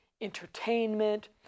entertainment